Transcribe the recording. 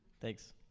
Thanks